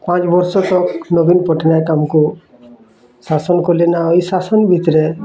ପାଞ୍ଚ ବର୍ଷ ତଲେ ନବୀନ୍ ପଟ୍ଟନାୟକ ଆମକୁ ଶାସନ୍ କଲେ ନ ଏଇ ଶାସନ୍ ଭିତରେ